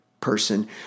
person